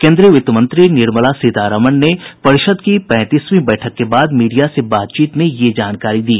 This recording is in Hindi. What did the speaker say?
केंद्रीय वित्तमंत्री निर्मला सीतारामन ने परिषद की पैंतीसवीं बैठक के बाद मीडिया से बातचीत में ये जानकारी दी